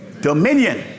dominion